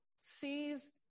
sees